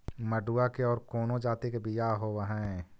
मडूया के और कौनो जाति के बियाह होव हैं?